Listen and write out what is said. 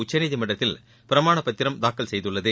உச்சநீதிமன்றத்தில் பிரமாண பத்திரம் தாக்கல் செய்துள்ளது